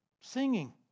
singing